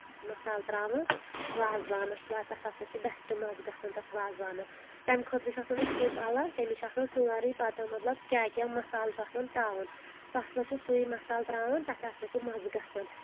مصالہٕ تراوان وازوانَس تتھ ہسا چھُ بیٚسٹ مَزٕ گژھان تتھ وازوانَس تَمہِ خٲطرٕ چھُ آسان اسہِ کُک الگ تٔمِس چھِ آسان سٲرٕے پتہٕ مطلب کیاہ کیاہ مصالہٕ چھُ آسان ترٛاوُن سُہ ہسا چھُ سُے مصالہٕ تراوان تتھ ہسا چھُ مَزٕ گژھان